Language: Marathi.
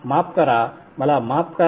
माफ करा मला माफ करा